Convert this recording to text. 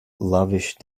lavish